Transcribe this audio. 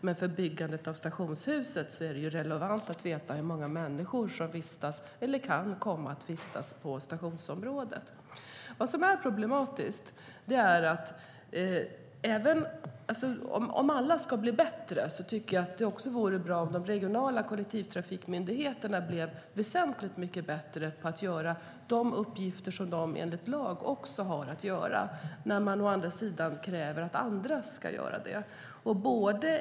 Men för byggandet av stationshuset är det relevant att veta hur många människor som vistas eller kan komma att vistas på stationsområdet. Det finns något som är problematiskt. Om alla ska bli bättre vore det också bra om de regionala kollektivtrafikmyndigheterna blev väsentligt mycket bättre på att göra de uppgifter som de enligt lag har att göra, när man kräver att andra ska göra det.